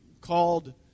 called